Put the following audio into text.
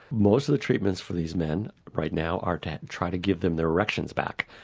most of the treatments for these men right now are to try to give them their erections back,